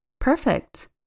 Perfect